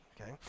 okay